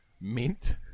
Mint